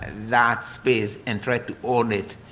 that space and try to own it,